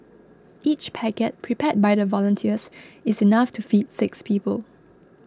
each packet prepared by volunteers is enough to feed six people